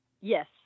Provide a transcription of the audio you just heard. Yes